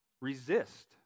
resist